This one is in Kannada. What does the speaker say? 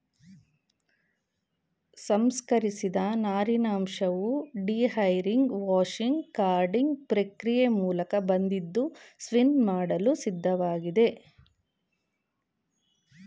ಸಂಸ್ಕರಿಸಿದ ನಾರಿನಂಶವು ಡಿಹೈರಿಂಗ್ ವಾಷಿಂಗ್ ಕಾರ್ಡಿಂಗ್ ಪ್ರಕ್ರಿಯೆ ಮೂಲಕ ಬಂದಿದ್ದು ಸ್ಪಿನ್ ಮಾಡಲು ಸಿದ್ಧವಾಗಿದೆ